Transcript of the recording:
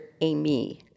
Amy